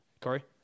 Corey